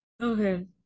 Okay